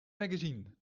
magazine